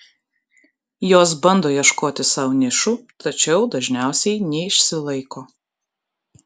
jos bando ieškoti sau nišų tačiau dažniausiai neišsilaiko